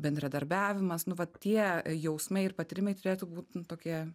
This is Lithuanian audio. bendradarbiavimas nu vat tie jausmai ir patyrimai turėtų būt nu tokie